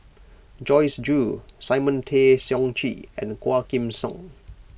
Joyce Jue Simon Tay Seong Chee and Quah Kim Song